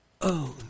own